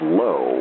low